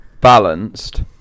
balanced